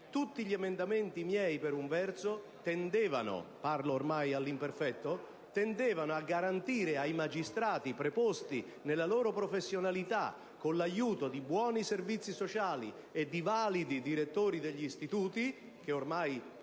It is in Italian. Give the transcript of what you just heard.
Tutti i miei emendamenti tendevano - parlo ormai all'imperfetto - a garantire ai magistrati preposti, nella loro professionalità e con l'aiuto di buoni servizi sociali e di validi direttori degli istituti (ormai